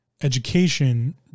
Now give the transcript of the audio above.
education